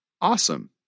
Awesome